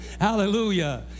Hallelujah